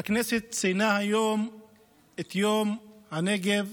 הכנסת ציינה היום את יום הנגב,